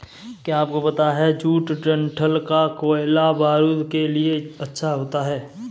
क्या आपको पता है जूट डंठल का कोयला बारूद के लिए अच्छा होता है